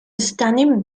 standing